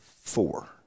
four